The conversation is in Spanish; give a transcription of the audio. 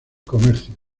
comercios